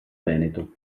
veneto